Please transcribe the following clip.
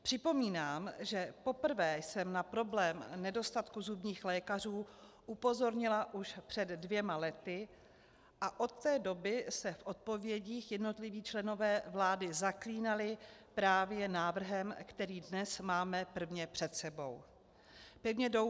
Připomínám, že poprvé jsem na problém nedostatku zubních lékařů upozornila už před dvěma lety a od té doby se v odpovědích jednotliví členové vlády zaklínali právě návrhem, který dnes máme prvně před sebou.